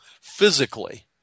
physically